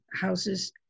houses